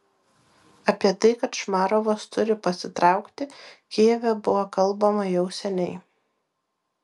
apie tai kad šmarovas turi pasitraukti kijeve buvo kalbama jau seniai